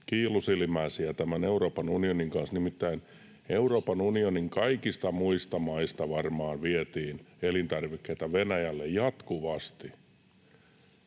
kiilusilmäisiä tämän Euroopan unionin kanssa. Nimittäin Euroopan unionin kaikista muista maista varmaan vietiin elintarvikkeita Venäjälle jatkuvasti.